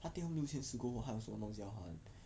他 take home 六千四过后他有这么多东西要还